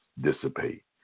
dissipate